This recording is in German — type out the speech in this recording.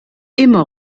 immer